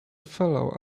fellow